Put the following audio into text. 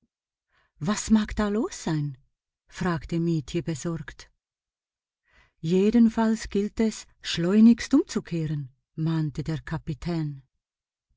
was mag da los sein fragte mietje besorgt jedenfalls gilt es schleunigst umzukehren mahnte der kapitän